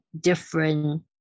different